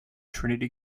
trinity